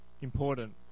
important